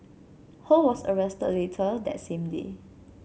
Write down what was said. Ho was arrested later that same day